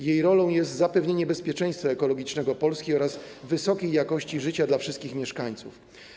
Jej rolą jest zapewnienie bezpieczeństwa ekologicznego Polski oraz wysokiej jakości życia dla wszystkich mieszkańców.